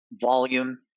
volume